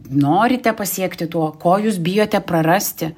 norite pasiekti tuo ko jūs bijote prarasti